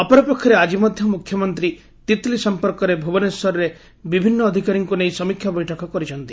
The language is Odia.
ଅପରପକ୍ଷରେ ଆଜିମଧ୍ ମୁଖ୍ୟମନ୍ତୀ ତିତ୍ଲି ସଂପର୍କରେ ଭୁବନେଶ୍ୱରରେ ବିଭିନ୍ ଅଧିକାରୀଙ୍କ ନେଇ ସମୀକ୍ଷା ବୈଠକ କରିଛନ୍ତି